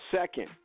second